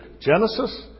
Genesis